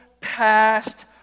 past